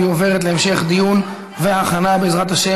התשע"ז 2017,